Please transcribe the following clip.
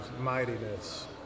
mightiness